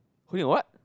who in what